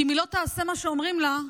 כי אם היא לא תעשה מה שאומרים לה,